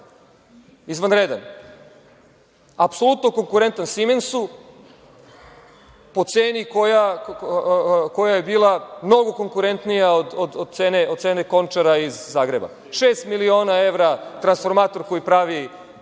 izvanredan. Apsolutno konkurentan „Simensu“ po ceni koja je bila mnogo konkurentnija od cene „Končara“ iz Zagreba, šest miliona evra transformator koji pravi